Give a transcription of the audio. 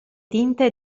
tinte